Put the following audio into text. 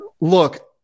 Look